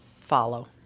follow